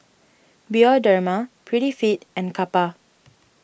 Bioderma Prettyfit and Kappa